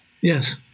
yes